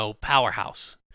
powerhouse